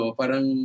parang